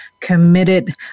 committed